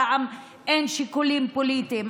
פעם אין שיקולים פוליטיים.